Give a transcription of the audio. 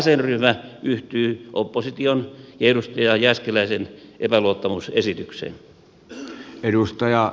vasenryhmä yhtyy opposition ja edustaja jääskeläisen epäluottamusesitykseen